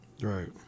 Right